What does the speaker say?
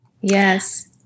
Yes